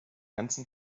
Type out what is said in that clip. ganzen